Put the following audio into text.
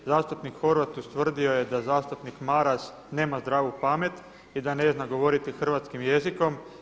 Zastupnik Horvat ustvrdio je da zastupnik Maras nema zdravu pamet i da ne zna govoriti hrvatskim jezikom.